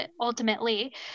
ultimately